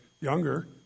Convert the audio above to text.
younger